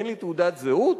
אין לי תעודת זהות?